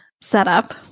setup